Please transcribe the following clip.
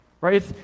right